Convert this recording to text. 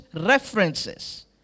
references